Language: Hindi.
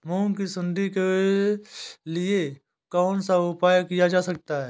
मूंग की सुंडी के लिए कौन सा उपाय किया जा सकता है?